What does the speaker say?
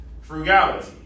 frugality